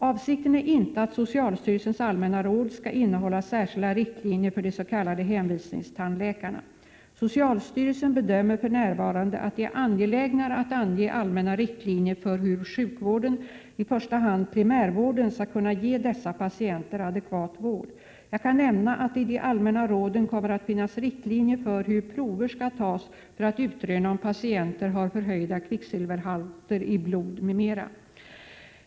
Avsikten är inte att socialstyrelsens allmänna råd skall innehålla särskilda riktlinjer för de s.k. hänvisningstandläkarna. Socialstyrelsen bedömer för närvarande att det är angelägnare att ange allmänna riktlinjer för hur sjukvården, i första hand primärvården, skall kunna ge dessa patienter adekvat vård. Jag kan nämna att det i de allmänna råden kommer att finnas riktlinjer för hur prover skall tas för att utröna om patienter har förhöjda kvicksilverhalter i blod m.m.